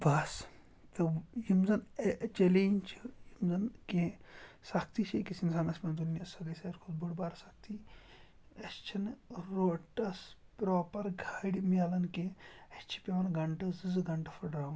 بَس تہٕ یِم زَن اےٚ چٮ۪لینٛج چھِ یِم زَن کیٚنٛہہ سختی چھِ أکِس اِنسانَس سۄ گٔے ساروی کھۄت بٔڑ بار سختی اَسہِ چھِنہٕ روٹَس پرٛاپَر گاڑِ میلان کیٚنٛہہ اَسہِ چھِ پٮ۪وان گھنٹہٕ زٕ زٕ گھنٹہٕ پھٕٹراوٕنۍ